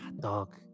dog